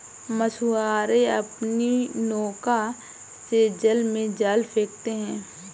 मछुआरे अपनी नौका से जल में जाल फेंकते हैं